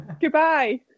goodbye